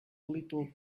little